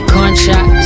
Contract